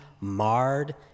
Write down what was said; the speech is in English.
marred